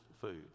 food